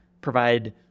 provide